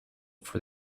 for